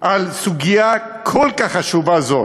על סוגיה כל כך חשובה זו?